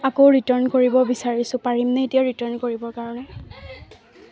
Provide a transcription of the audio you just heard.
আকৌ ৰিটাৰ্ণ কৰিব বিচাৰিছোঁ পাৰিমনে এতিয়া ৰিটাৰ্ণ কৰিবৰ কাৰণে